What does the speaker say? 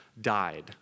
died